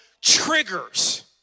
triggers